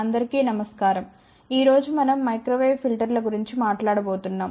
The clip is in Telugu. అందరికీ నమస్కారం ఈ రోజు మనం మైక్రో వేవ్ ఫిల్టర్ల గురించి మాట్లాడబోతున్నాం